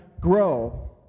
grow